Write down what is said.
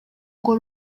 ngo